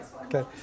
okay